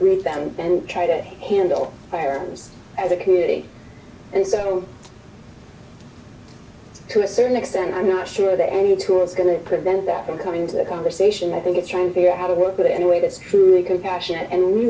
greet them and try to handle firearms as a community and so to a certain extent i'm not sure that any tourist going to prevent that from coming to the conversation i think it's trying to figure out how to work with anyway this truly compassionate and